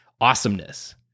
awesomeness